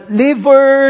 liver